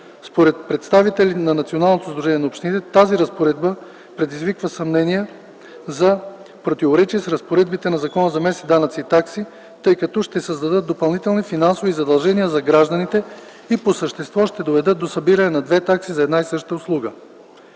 Според представителите на Националното сдружение на общините тези разпоредби предизвикват съмнения за противоречие с разпоредбите на Закона за местните данъци и такси, тъй като ще създадат допълнителни финансови задължения за гражданите и по същество ще доведат до събиране на двете такси за една и съща услуга.